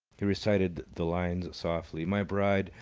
he recited the lines softly my bride,